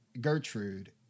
Gertrude